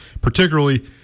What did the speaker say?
particularly